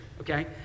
okay